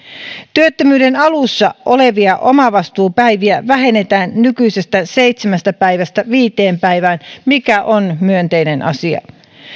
työttömyyden alussa olevia omavastuupäiviä vähennetään nykyisestä seitsemästä päivästä viiteen päivään mikä on myönteinen asia